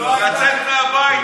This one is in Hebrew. לצאת מהבית?